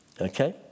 Okay